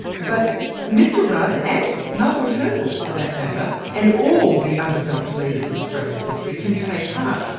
but mr rudd and malcolm turnbull, for that matter, and all the other dumped leaders in australia's history, can take heart.